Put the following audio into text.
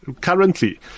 currently